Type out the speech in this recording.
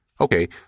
Okay